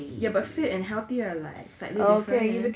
yeah but fit and healthy are like slightly different eh